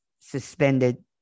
suspended